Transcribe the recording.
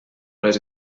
les